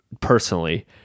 personally